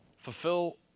fulfill